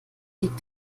liegt